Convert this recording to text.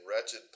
wretched